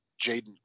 Jaden